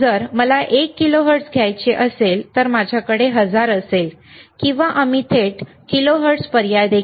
जर मला एक किलोहर्ट्झ घ्यायचे असेल तर माझ्याकडे 1000 असेल किंवा आम्ही थेट किलोहर्ट्झ पर्याय देखील वापरू शकतो